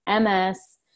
MS